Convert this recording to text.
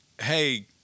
hey